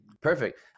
Perfect